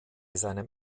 seinem